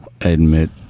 admit